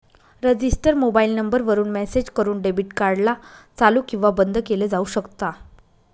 register mobile number वरून message करून debit card ला चालू किंवा बंद केलं जाऊ शकता